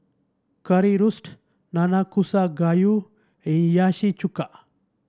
Currywurst Nanakusa Gayu Hiyashi Chuka